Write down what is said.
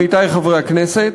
עמיתי חברי הכנסת,